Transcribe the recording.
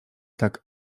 tak